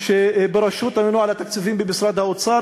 בראשות הממונה על התקציבים במשרד האוצר,